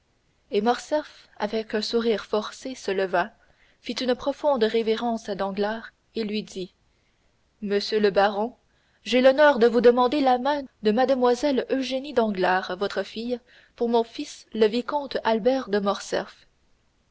et morcerf avec un sourire forcé se leva fit une profonde révérence à danglars et lui dit monsieur le baron j'ai l'honneur de vous demander la main de mlle eugénie danglars votre fille pour mon fils le vicomte albert de